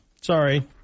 Sorry